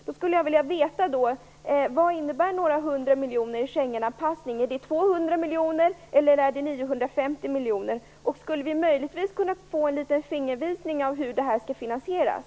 Jag skulle då vilja veta vad några hundra miljoner i Schengenanpassning innebär. Är det 200 miljoner eller 950 miljoner? Skulle vi möjligtvis också kunna få en liten fingervisning om hur detta skall finansieras?